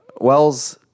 Wells